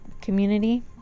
community